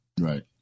Right